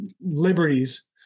liberties